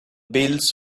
bills